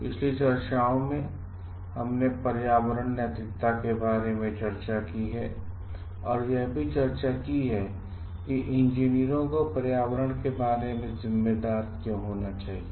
पिछली चर्चाओं में हमने पर्यावरण नैतिकता के बारे में चर्चा की है और यह भी चर्चा की है कि इंजीनियरों को पर्यावरण के बारे में जिम्मेदार क्यों होना चाहिए